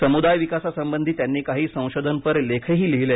समुदाय विकासासंबधी त्यांनी काही संशोधनपर लेखही लिहीले